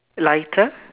lighter